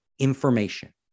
information